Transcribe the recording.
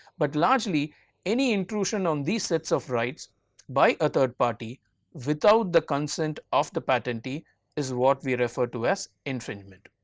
but largely any intrusion on these sets of rights by a third party without the consent of the patentee is what we refer to as infringement.